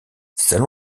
celle